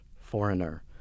foreigner